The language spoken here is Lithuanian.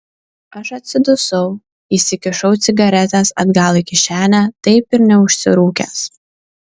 aš atsidusau įsikišau cigaretes atgal į kišenę taip ir neužsirūkęs